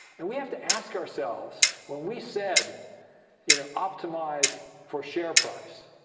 and we have to ask ourselves, when we said you know optimize for share price,